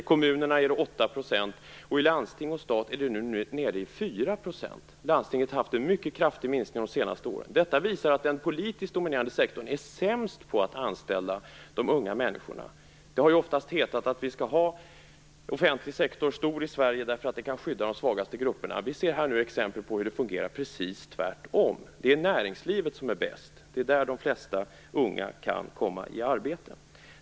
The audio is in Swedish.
I kommunerna är det 8 % och i landsting och stat är det nere i 4 %. Landstingen har haft en mycket kraftig minskning de senaste åren. Detta visar att den politiskt dominerade sektorn är sämst på att anställa unga människor. Det har ju ofta hetat att vi skall ha en stor offentlig sektor i Sverige därför att det kan skydda de svagaste grupperna. Vi ser här exempel på hur det fungerar precis tvärtom. Det är näringslivet som är bäst. Det är där de flesta unga kan komma i arbete.